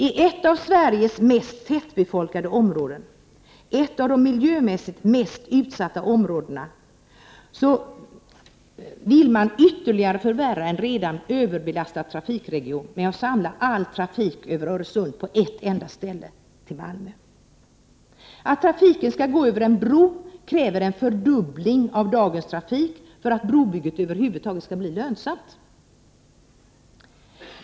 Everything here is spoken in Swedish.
I ett av Sveriges mest tätbefolkade områden, ett av de miljömässigt mest utsatta områdena, vill man ytterligare förvärra en redan överbelastad trafikregion med att samla all trafik över Öresund till ett enda ställe — till Malmö. Att trafiken skall gå över en bro kräver en fördubbling av dagens trafik för att brobygget över huvud taget skall bli lönsamt.